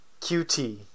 QT